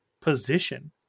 position